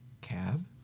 cab